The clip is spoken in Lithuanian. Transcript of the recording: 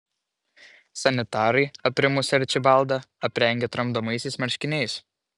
sanitarai aprimusį arčibaldą aprengė tramdomaisiais marškiniais